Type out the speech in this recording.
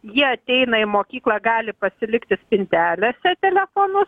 jie ateina į mokyklą gali pasilikti spintelėse telefonu